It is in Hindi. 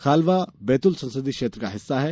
खालवा बैतूल संसदीय क्षेत्र का हिस्सा है